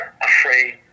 afraid